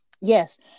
Yes